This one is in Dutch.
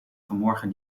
vanmorgen